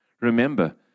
Remember